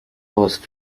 course